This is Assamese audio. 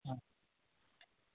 অঁ